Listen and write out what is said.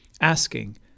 asking